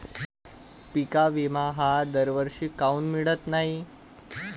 पिका विमा हा दरवर्षी काऊन मिळत न्हाई?